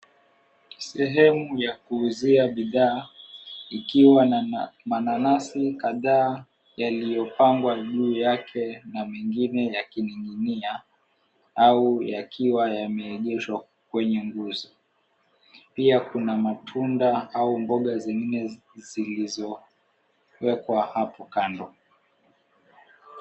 Sehemu ya kuuzia bidhaa ikiwa na mananasi kadhaa yaliyopangwa juu yake na mengine yakining'inia au yakiwa yameegeshwa kwenye nguzo. Pia kuna matunda au mboga zingine zilizowekwa hapo kando.